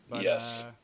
Yes